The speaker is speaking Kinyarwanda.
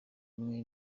imwe